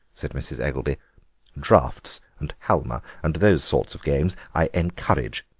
said mrs. eggelby draughts and halma and those sorts of games i encourage.